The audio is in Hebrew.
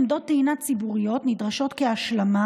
עמדות טעינה ציבוריות נדרשות כהשלמה